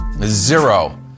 zero